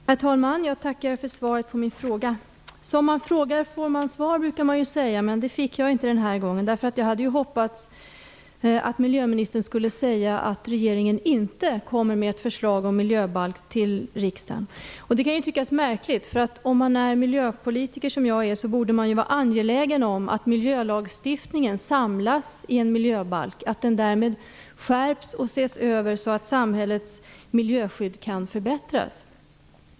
Herr talman! Jag tackar för svaret på min fråga. Som man frågar får man svar, brukar man ju säga. Men det fick jag inte den här gången. Jag hade ju hoppats att miljöministern skulle säga att regeringen inte kommer med ett förslag om miljöbalk till riksdagen. Det kan ju tyckas märkligt. Om man är miljöpolitiker, som jag är, borde man vara angelägen om att miljölagstiftningen samlas i en miljöbalk och att den därmed skärps och ses över så att samhällets miljöskydd kan förbättras.